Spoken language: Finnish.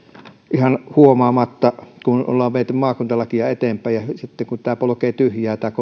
ihan huomaamatta kun ollaan viety maakuntalakia eteenpäin ja sitten kun tämä kone polkee tyhjää